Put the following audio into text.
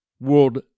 world